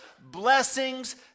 blessings